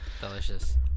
Delicious